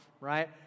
right